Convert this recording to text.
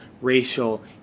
racial